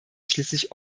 schließlich